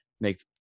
make